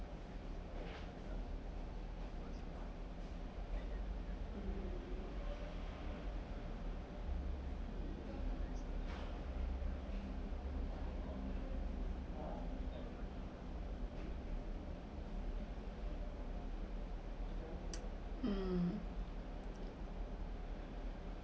um